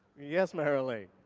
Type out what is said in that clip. yes, marilee?